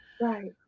right